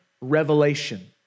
revelation